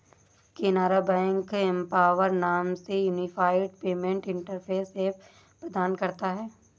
Canara bank empower नाम से unified payment interface app प्रदान करता हैं